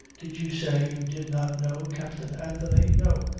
did you say you did not know captain anthony? no.